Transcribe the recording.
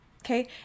Okay